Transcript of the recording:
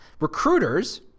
Recruiters